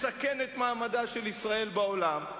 מסכן את מעמדה של ישראל בעולם,